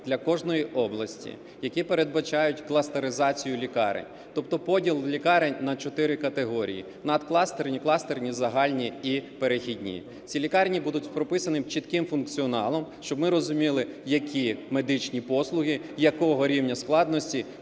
для кожної області, які передбачають кластеризацію лікарень, тобто поділ лікарень на чотири категорії: надкластерні, кластерні, загальні і перехідні. Ці лікарні будуть прописані чітким функціоналом, щоб ми розуміли, які медичні послуги якого рівня складності